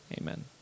Amen